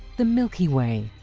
the milky way.